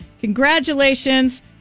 congratulations